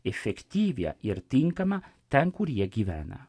efektyvią ir tinkamą ten kur jie gyvena